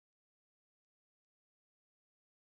I see three white chicken